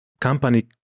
company